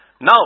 Now